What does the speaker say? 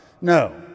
No